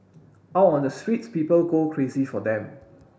out on the streets people go crazy for them